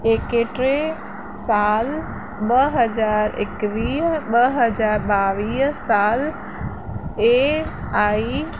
एकटीह सालु ॿ हज़ार एकवीह ॿ हज़ार ॿावीअ सालु ए आई